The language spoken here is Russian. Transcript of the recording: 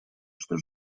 что